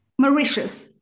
Mauritius